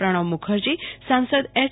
પ્રણવ મુખર્જી સાંસદ એચ